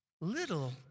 little